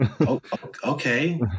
Okay